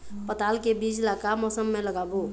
पताल के बीज ला का मौसम मे लगाबो?